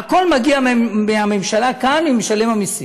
הכול מגיע מהממשלה כאן, ממשלם המסים.